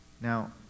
Now